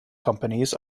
companies